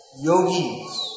yogis